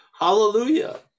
hallelujah